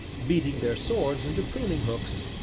beating their swords into pruning-hooks,